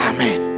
Amen